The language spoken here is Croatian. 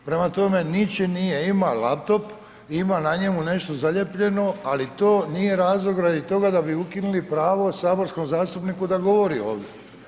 Prema tome, ničim nije, ima laptop, ima na njemu nešto zalijepljeno, ali to nije razlog radi toga da bi ukinuli pravo saborskom zastupniku da govori ovdje.